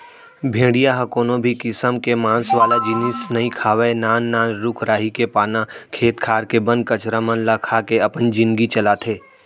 भेड़िया ह कोनो भी किसम के मांस वाला जिनिस नइ खावय नान नान रूख राई के पाना, खेत खार के बन कचरा मन ल खा के अपन जिनगी चलाथे